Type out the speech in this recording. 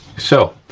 so,